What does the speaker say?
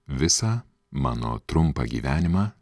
visą mano trumpą gyvenimą